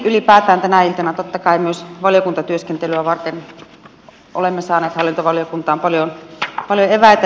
ylipäätään tänä iltana totta kai myös valiokuntatyöskentelyä varten olemme saaneet hallintovaliokuntaan paljon eväitä